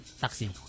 Taxi